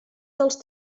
dels